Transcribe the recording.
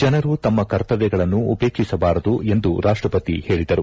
ಜನರು ತಮ್ಮ ಕರ್ತವ್ಯಗಳನ್ನು ಉಪೇಕ್ಷಿಸಬಾರದು ಎಂದು ರಾಷ್ಟಪತಿ ಹೇಳಿದರು